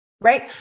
right